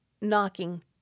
knocking